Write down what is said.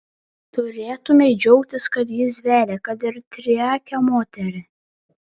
turėtumei džiaugtis kad jis vedė kad ir triakę moterį